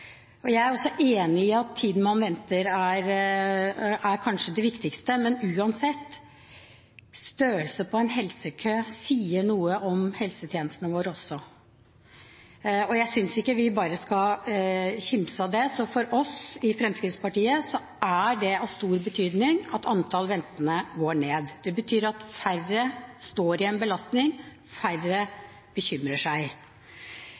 det. Jeg er også enig i at tiden man venter, kanskje er det viktigste, men uansett: Størrelsen på en helsekø sier noe om helsetjenestene våre også. Jeg synes ikke vi bare skal kimse av det, så for oss i Fremskrittspartiet er det av stor betydning at antall ventende går ned. Det betyr at færre står i den belastningen, færre bekymrer seg.